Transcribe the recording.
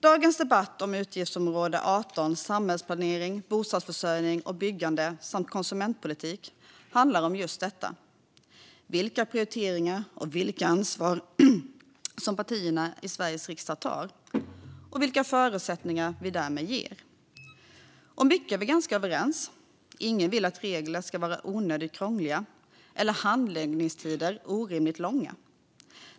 Dagens debatt om utgiftsområde 18 Samhällsplanering, bostadsförsörjning och byggande samt konsumentpolitik handlar om just detta: vilka prioriteringar och vilket ansvar som partierna i Sveriges riksdag tar och vilka förutsättningar vi därmed ger. Om mycket är vi ganska överens. Ingen vill att regler ska vara onödigt krångliga eller handläggningstider orimligt långa.